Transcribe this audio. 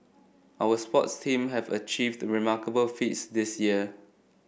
our sports team have achieved remarkable feats this year